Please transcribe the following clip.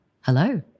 Hello